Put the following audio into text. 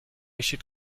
should